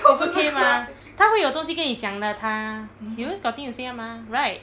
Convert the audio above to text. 直接 mah 他会有东西跟你讲的他 he always got thing to say [one] mah right